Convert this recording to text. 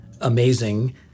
amazing